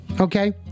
Okay